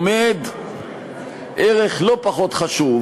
עומד ערך לא פחות חשוב,